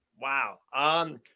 Wow